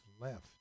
left